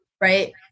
Right